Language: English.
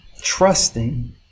trusting